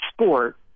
sport